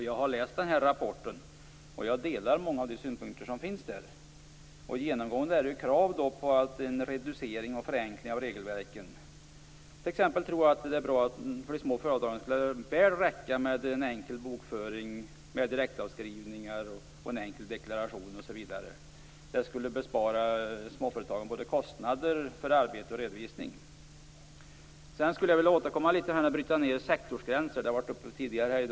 Jag har läst rapporten och delar många av de synpunkter som finns där. Det är genomgående krav på en reducering och förenkling av regelverken. Jag tror t.ex. att det är bra att det för de små företagen bör räcka med en enkel bokföring med direktavskrivningar och en enkel deklaration. Det skulle bespara småföretagen kostnader för både arbete och redovisning. Jag skulle vilja återkomma till frågan om att bryta ned sektorsgränser. Den har varit uppe tidigare i dag.